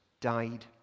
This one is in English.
died